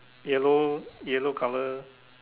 yellow yellow color